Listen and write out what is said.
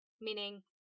meaning